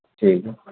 ٹھیک ہے